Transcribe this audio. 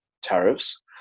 Tariffs